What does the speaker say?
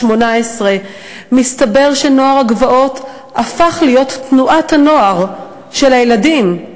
18. מסתבר ש"נוער הגבעות" הפך להיות תנועת הנוער של הילדים,